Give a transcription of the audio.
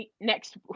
next